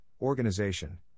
organization